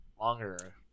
longer